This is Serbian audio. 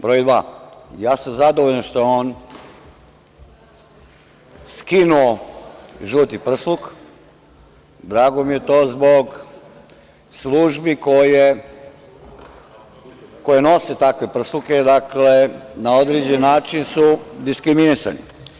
Broj dva, ja sam zadovoljan što je on skinuo žuti prsluk, drago mi je to zbog službi koje nose takve prsluke, dakle, na određen način su diskriminisani.